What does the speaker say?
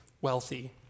wealthy